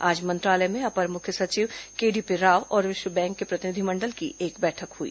आज मंत्रालय में अपर मुख्य सचिव केडीपी राव और विश्व बैंक के प्रतिनिधि मण्डल की एक बैठक हुई